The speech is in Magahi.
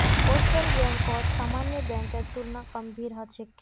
पोस्टल बैंकत सामान्य बैंकेर तुलना कम भीड़ ह छेक